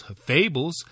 fables